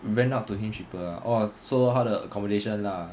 rent out to him cheaper orh so 他的 accommodation lah